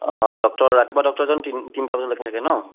অঁ ডক্টৰ ৰাতিপুৱা ডক্টৰজন তিন তিনিটা বজালৈকে থাকে ন